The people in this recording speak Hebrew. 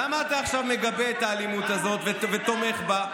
למה אתה עכשיו מגבה את האלימות הזאת ותומך בה?